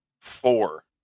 four